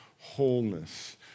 wholeness